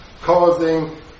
causing